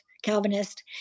Calvinist